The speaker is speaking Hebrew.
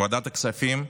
בוועדת הכספים,